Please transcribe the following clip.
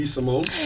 Simone